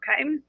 Okay